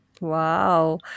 Wow